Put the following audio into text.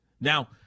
Now